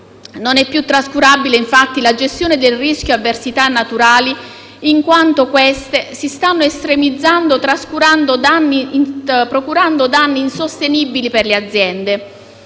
Non è più trascurabile infatti la gestione del rischio delle avversità naturali in quanto queste si stanno estremizzando, procurando danni insostenibili per le aziende.